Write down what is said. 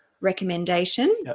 recommendation